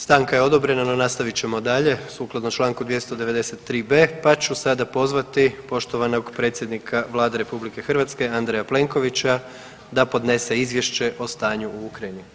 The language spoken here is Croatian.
Stanka je odobrena, no nastavit ćemo dalje sukladno čl. 293b pa ću sada pozvati poštovanog predsjednika Vlade RH Andreja Plenkovića da podnese Izvješće o stanju u Ukrajini.